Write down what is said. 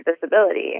disability